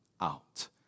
out